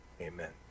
Amen